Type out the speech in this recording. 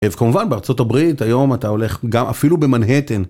אז כמובן בארה״ב היום אתה הולך אפילו במנהטן.